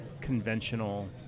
conventional